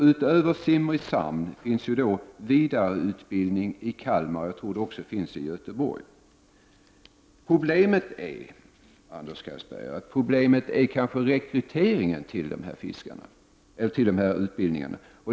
Utöver Simrishamn finns vidareutbildning i Kalmar, och jag tror också i Göteborg. Problemet är kanske, Anders Castberger, rekryteringen till de här utbildningarna.